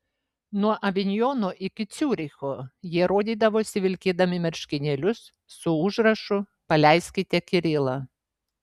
nuo avinjono iki ciuricho jie rodydavosi vilkėdami marškinėlius su užrašu paleiskite kirilą